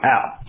Out